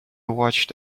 watched